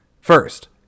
First